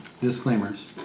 disclaimers